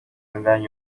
neden